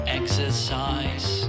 exercise